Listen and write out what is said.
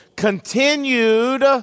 continued